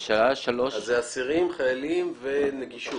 אז זה אסירים, חיילים ונגישות.